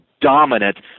dominant